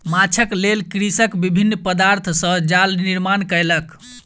माँछक लेल कृषक विभिन्न पदार्थ सॅ जाल निर्माण कयलक